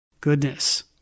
Goodness